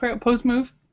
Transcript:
post-move